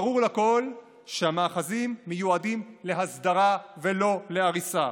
ברור לכול שהמאחזים מיועדים להסדרה ולא להריסה.